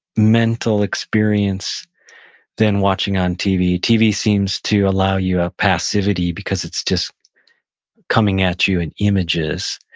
mental experience than watching on tv. tv seems to allow you a passively because it's just coming at you in images.